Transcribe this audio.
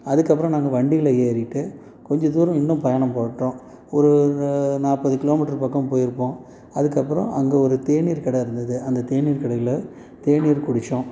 அதுக்கப்பறம் நாங்கள் வண்டியில் ஏறிகிட்டு கொஞ்சம் தூரம் இன்னும் பயணம் போட்டோம் ஒரு நாற்பது கிலோமீட்டர் பக்கம் போயிடுப்போம் அதுக்கப்பறம் அங்கே ஒரு தேநீர் கடை இருந்தது அந்த தேநீர் கடையில் தேநீர் குடித்தோம்